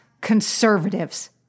conservatives